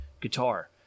guitar